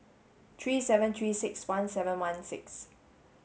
three seven three six one seven one six